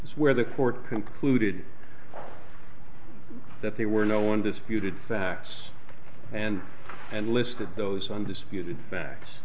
is where the court concluded that there were no one disputed facts and and listed those undisputed facts